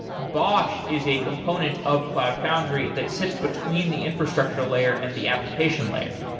bosh is a component of cloud foundry that sits between the infrastructure layer and the application layer.